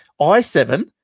i7